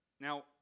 Now